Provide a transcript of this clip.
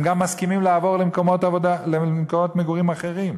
הם גם מסכימים לעבור למקומות מגורים אחרים.